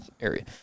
area